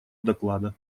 доклада